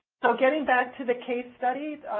so getting back to the case studies,